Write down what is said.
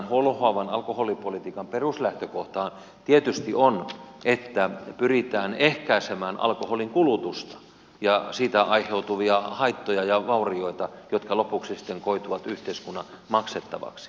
tämän holhoavan alkoholipolitiikan peruslähtökohta tietysti on että pyritään ehkäisemään alkoholin kulutusta ja siitä aiheutuvia haittoja ja vaurioita jotka lopuksi sitten koituvat yhteiskunnan maksettavaksi